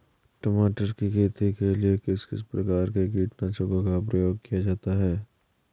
टमाटर की खेती के लिए किस किस प्रकार के कीटनाशकों का प्रयोग किया जाता है?